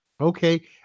Okay